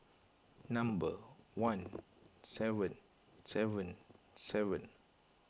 number one seven seven seven